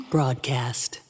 Broadcast